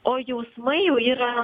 o jausmai jau yra